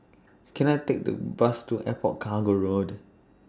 Can I Take The Bus to Airport Cargo Road